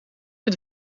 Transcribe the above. het